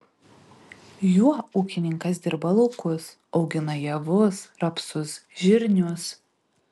juo ūkininkas dirba laukus augina javus rapsus žirnius